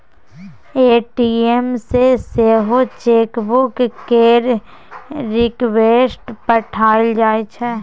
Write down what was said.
ATM सँ सेहो chequebook केर रिक्वेस्ट पठाएल जाइ छै